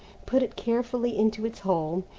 put it carefully into its hole,